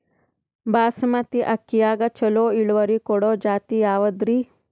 ಬಾಸಮತಿ ಅಕ್ಕಿಯಾಗ ಚಲೋ ಇಳುವರಿ ಕೊಡೊ ಜಾತಿ ಯಾವಾದ್ರಿ?